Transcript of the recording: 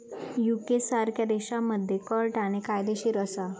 UK सारख्या देशांमध्ये कर टाळणे कायदेशीर असा